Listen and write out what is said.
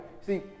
see